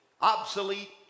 obsolete